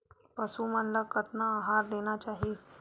पशु मन ला कतना आहार देना चाही?